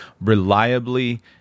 reliably